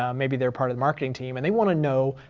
um maybe they're part of the marketing team and they want to know,